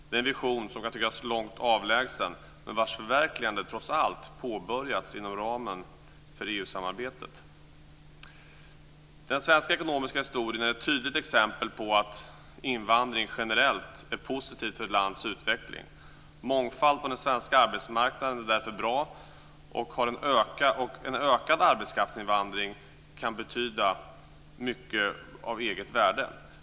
Det är en vision som kan tyckas långt avlägsen, men vars förverkligande trots allt påbörjats inom ramen för EU Den svenska ekonomiska historien är ett tydligt exempel på att invandring generellt är positivt för ett lands utveckling. Mångfald på den svenska arbetsmarknaden är därför bra, och en ökad arbetskraftsinvandring kan betyda mycket av eget värde.